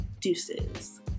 deuces